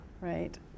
right